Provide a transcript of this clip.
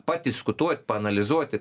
padiskutuot paanalizuoti